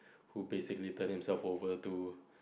who basically turn himself over to